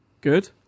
Good